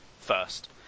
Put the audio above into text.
first